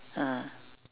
ah